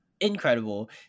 incredible